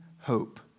hope